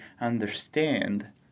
understand